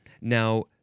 Now